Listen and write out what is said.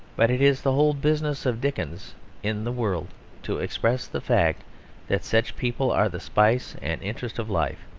but it is the whole business of dickens in the world to express the fact that such people are the spice and interest of life.